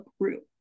group